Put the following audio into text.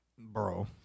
Bro